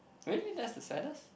really that's the saddest